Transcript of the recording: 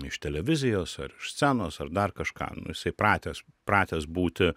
iš televizijos ar iš scenos ar dar kažką nu jisai pratęs pratęs būti